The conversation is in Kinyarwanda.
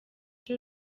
iyi